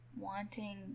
wanting